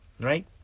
right